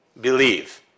believe